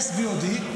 יס VOD,